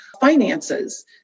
Finances